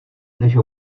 než